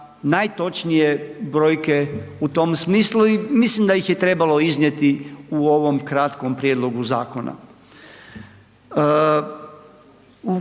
najtočnije brojke u tom smislu i mislim da ih trebalo iznijeti u ovom kratkom prijedlogu zakona.